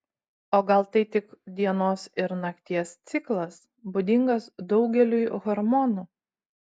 o gal tai tik dienos ir nakties ciklas būdingas daugeliui hormonų